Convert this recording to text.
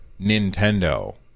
Nintendo